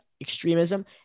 extremism